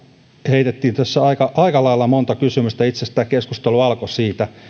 heitettiin tässä aika lailla monta kysymystä ja itse asiassa tämä keskustelu alkoi siitä